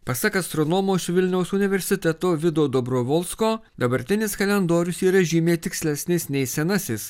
pasak astronomo iš vilniaus universiteto vido dobrovolsko dabartinis kalendorius yra žymiai tikslesnis nei senasis